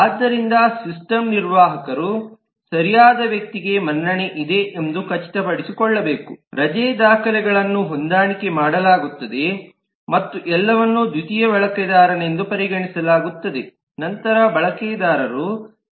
ಆದ್ದರಿಂದ ಸಿಸ್ಟಮ್ ನಿರ್ವಾಹಕರು ಸರಿಯಾದ ವ್ಯಕ್ತಿಗೆ ಮನ್ನಣೆ ಇದೆ ಎಂದು ಖಚಿತಪಡಿಸಿಕೊಳ್ಳಬೇಕು ರಜೆ ದಾಖಲೆಗಳನ್ನು ಹೊಂದಾಣಿಕೆ ಮಾಡಲಾಗುತ್ತದೆ ಮತ್ತು ಎಲ್ಲವನ್ನೂ ದ್ವಿತೀಯ ಬಳಕೆದಾರರೆಂದು ಪರಿಗಣಿಸಲಾಗುತ್ತದೆ ನಂತರ ಬಳಕೆದಾರರು ಸಕ್ರಿಯ ಅಥವಾ ನಿಷ್ಕ್ರಿಯವಾಗಬಹುದು